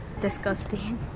Disgusting